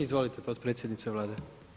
Izvolite potpredsjednice Vlade.